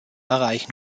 erreichen